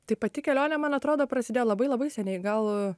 tai pati kelionė man atrodo prasidėjo labai labai seniai gal